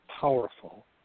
powerful